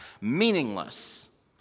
meaningless